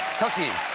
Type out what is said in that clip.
cookies.